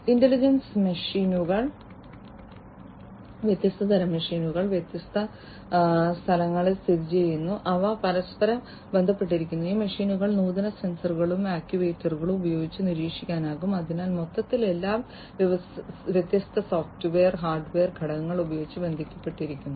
intelligent മെഷീനുകൾ വ്യത്യസ്ത തരം മെഷീനുകൾ വ്യത്യസ്ത സ്ഥലങ്ങളിൽ സ്ഥിതിചെയ്യുന്നു അവ പരസ്പരം ബന്ധപ്പെട്ടിരിക്കുന്നു ഈ മെഷീനുകൾ നൂതന സെൻസറുകളും ആക്യുവേറ്ററുകളും ഉപയോഗിച്ച് നിരീക്ഷിക്കാനാകും അതിനാൽ മൊത്തത്തിൽ എല്ലാം വ്യത്യസ്ത സോഫ്റ്റ്വെയർ ഹാർഡ്വെയർ ഘടകങ്ങൾ ഉപയോഗിച്ച് ബന്ധിപ്പിച്ചിരിക്കുന്നു